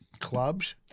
Clubs